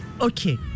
Okay